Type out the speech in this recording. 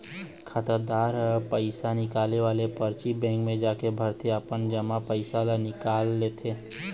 खातादार ह पइसा निकाले वाले परची बेंक म जाके भरके अपन जमा पइसा ल निकाल लेथे